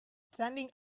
standing